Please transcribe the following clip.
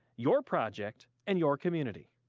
your project and your community.